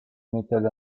metal